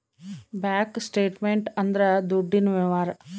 bank statement ಅಂದ್ರ ದುಡ್ಡಿನ ವ್ಯವಹಾರ